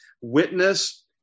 witness